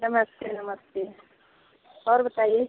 नमस्ते नमस्ते और बताइए